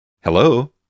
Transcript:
Hello